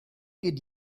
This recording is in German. geht